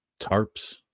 tarps